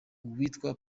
uwitwa